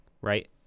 right